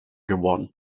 geworden